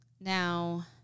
Now